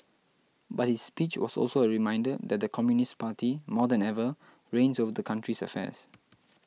but his speech was also a reminder that the Communist Party more than ever reigns over the country's affairs